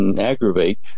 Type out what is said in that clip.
aggravate